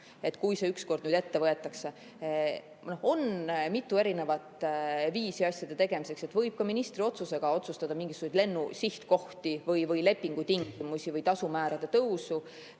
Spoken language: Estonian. kui see ükskord ette võetakse? On mitu erinevat viisi asjade tegemiseks. Võib ka ministri otsusega otsustada mingisuguseid lennusihtkohti või lepingutingimusi [muuta] või tasumäärasid tõsta.